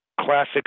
classic